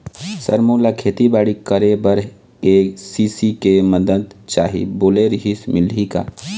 Sir मोला खेतीबाड़ी करेबर के.सी.सी के मंदत चाही बोले रीहिस मिलही का?